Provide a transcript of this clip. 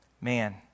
man